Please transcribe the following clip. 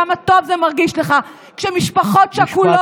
כמה טוב זה מרגיש לך כשמשפחות שכולות,